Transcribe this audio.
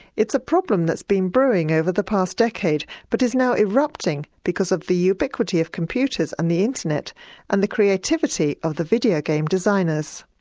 it's a problem that's been brewing over the past decade but is now erupting because of the ubiquity of computers and the internet and the creativity of the video game designers.